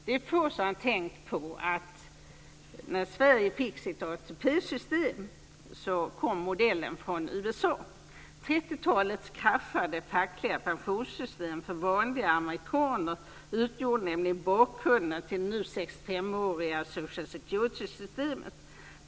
Det är få som har tänkt på att när Sverige fick sitt ATP-system så kom modellen från USA. 30-talets kraschade fackliga pensionssystem för vanliga amerikaner utgjorde nämligen bakgrunden till det nu 65 åriga social security-systemet.